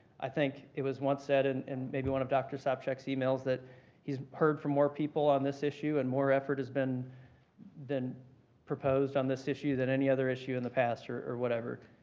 i think it was once said and in maybe one of dr. sopcich's e-mails that he's heard from more people on this issue and more effort has been proposed on this issue than any other issue in the past or or whatever.